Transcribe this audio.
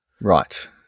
right